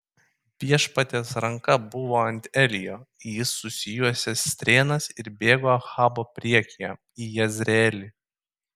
viešpaties ranka buvo ant elijo jis susijuosė strėnas ir bėgo ahabo priekyje į jezreelį